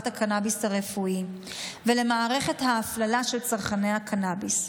הקנביס הרפואי ולמערכת ההפללה של צרכני הקנביס.